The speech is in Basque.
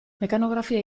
mekanografia